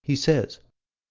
he says